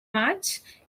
maig